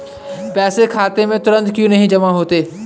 पैसे खाते में तुरंत क्यो नहीं जमा होते हैं?